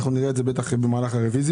אנחנו בטח נראה את זה במהלך הרביזיה.